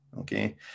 Okay